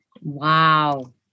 wow